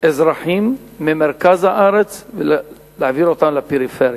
אזרחים ממרכז הארץ ולהעביר אותם לפריפריה.